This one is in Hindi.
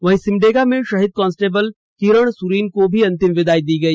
वहीं सिमडेगा में शहीद कांस्टेबल किरण सुरीन को भी अंतिम विदाई दी गई